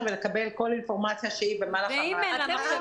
ולקבל כל אינפורמציה שהיא --- ואם אין לה מחשב בבית?